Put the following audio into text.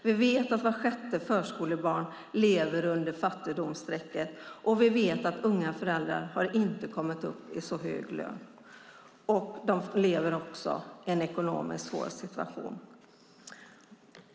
Vi vet att vart sjätte förskolebarn lever under fattigdomsstrecket, och vi vet att unga föräldrar inte har kommit upp i så hög lön och lever i en ekonomiskt svår situation.